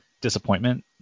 disappointment